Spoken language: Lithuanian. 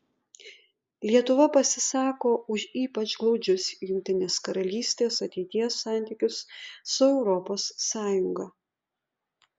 lietuva pasisako už ypač glaudžius jungtinės karalystės ateities santykius su europos sąjunga